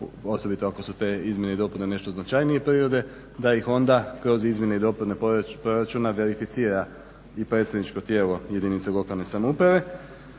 osobito ako su te izmjene i dopune nešto značajnije prirode da ih onda kroz izmjene i dopune proračuna verificira i predstavničko tijelo jedinice lokalne samouprave.